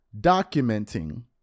documenting